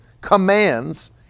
commands